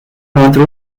entre